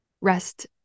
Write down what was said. rest